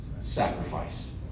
sacrifice